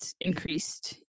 increased